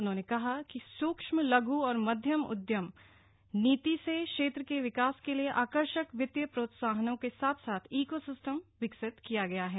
उन्होंने कहा कि सुक्ष्म लघ् और मध्यम उद्यम नीति से क्षेत्र के विकास के लिए आकर्षक वित्तीय प्रोत्साहनों के साथ साथ ईको सिस्टम विकसित किया गया है